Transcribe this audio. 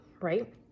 right